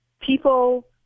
people